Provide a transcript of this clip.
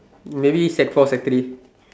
maybe sec four sec three